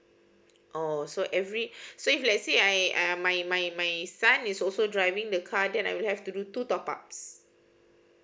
oh so every so if let's say I my my my son is also driving the car then I would have to do two top ups